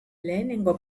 lehenengo